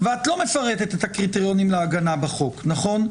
ואת לא מפרטת את הקריטריונים להגנה בחוק, נכון?